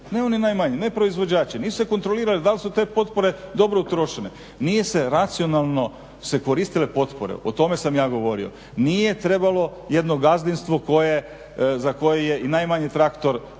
ne oni najmanji, ne proizvođači, nije se kontroliralo dal su te potpore dobro utrošene, nije se racionalno koristile potpore, o tome sam ja govorio. Nije trebalo jedno gazdinstvo za koje je i najmanji traktor